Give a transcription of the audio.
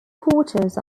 quarters